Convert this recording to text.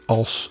als